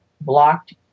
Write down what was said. blocked